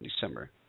December